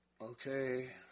okay